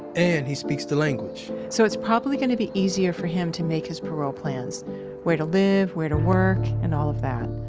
and he speaks the language so it's probably going to be easier for him to make his parole plans where to live, where to work and all of that.